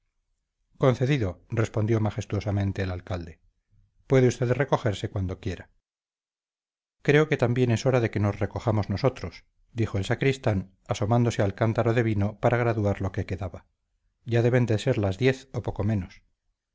concedido respondió majestuosamente el alcalde puede usted recogerse cuando quiera creo que también es hora de que nos recojamos nosotros dijo el sacristán asomándose al cántaro de vino para graduar lo que quedaba ya deben ser las diez o poco menos